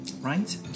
Right